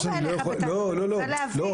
אני לא באה אליך בטענות, אני רוצה להבין.